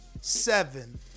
seven